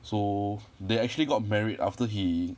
so they actually got married after he